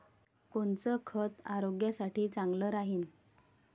कोनचं खत आरोग्यासाठी चांगलं राहीन?